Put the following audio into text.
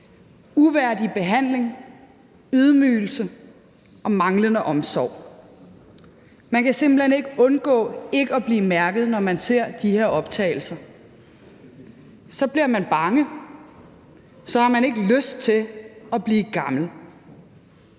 uværdig behandling, ydmygelse og manglende omsorg. Man kan simpelt hen ikke undgå at blive mærket, når man ser de her optagelser. Så bliver man bange, så har man ikke lyst til at blive gammel.